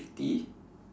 fifty